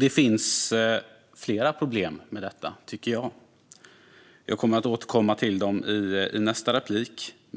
Det finns flera problem med detta, tycker jag. Jag kommer att återkomma till dem i nästa inlägg.